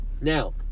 Now